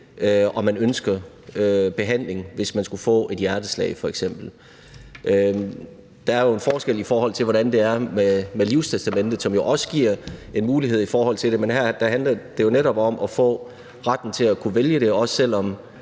om man ønsker behandling, hvis man f.eks. skulle få et hjerteslag. Der er jo en forskel, i forhold til hvordan det er med livstestamentet, som jo også giver en mulighed i forhold til det her – der handler det jo netop om at få retten til at kunne vælge det, selv om